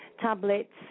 tablets